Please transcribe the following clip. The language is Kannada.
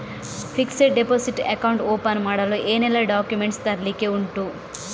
ಫಿಕ್ಸೆಡ್ ಡೆಪೋಸಿಟ್ ಅಕೌಂಟ್ ಓಪನ್ ಮಾಡಲು ಏನೆಲ್ಲಾ ಡಾಕ್ಯುಮೆಂಟ್ಸ್ ತರ್ಲಿಕ್ಕೆ ಉಂಟು?